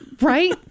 right